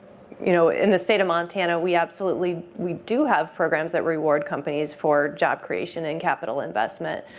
you know in the state of montana we absolutely we do have programs that reward companies for job creation and capital investment.